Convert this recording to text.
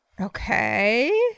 Okay